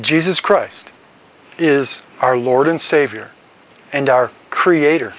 jesus christ is our lord and savior and our creator